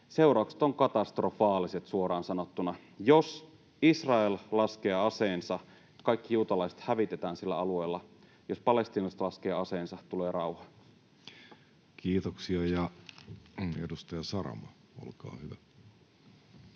seuraukset ovat katastrofaaliset suoraan sanottuna. Jos Israel laskee aseensa, kaikki juutalaiset hävitetään sillä alueella. Jos palestiinalaiset laskevat aseensa, tulee rauha. [Speech 151] Speaker: